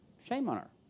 shame on her.